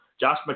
Josh